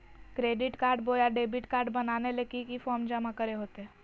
Credit card बोया debit card बनाने ले की की फॉर्म जमा करे होते?